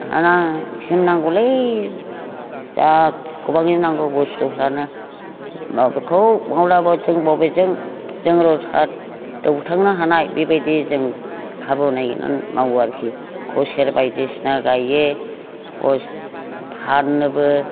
नाना खिसिम नांगौलै जा गोबाङै नांगौ बुस्थुफ्रानो माबेखौ मावब्ला जों बबेजों जोंल' दौथांनो हानाय बेबायदि जों खाबु नायगिरनानै मावो आरोखि खुसेर बायदिसिना गायो फानोबो